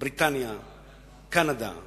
בריטניה, קנדה,